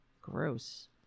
gross